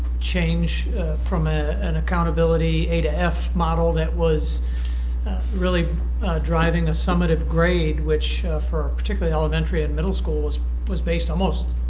change from ah an accountability a to f model that was really driving a summit of grade which for particularly elementary and middle school was was based almost,